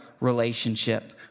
relationship